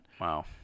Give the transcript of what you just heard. Wow